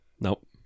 Nope